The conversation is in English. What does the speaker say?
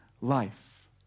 life